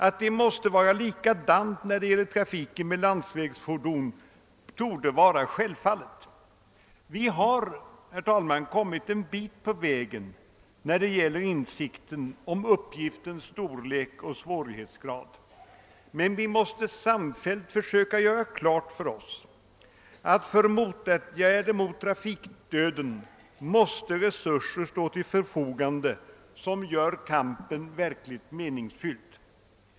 Att det måste vara likadant när det gäller trafiken med landsvägsfordon torde vara självfallet. Vi har kommit en bit på vägen när det gäller insikten om uppgiftens storlek och svårighetsgrad, men vi måste samfällt göra klart för oss att det för motåtgärder mot trafikdöden måste stå resurser till förfogande som gör kampen meningsfylld.